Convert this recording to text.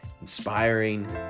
inspiring